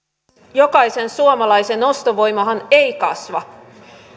jokaisen suomalaisen ostovoimahan ei kasva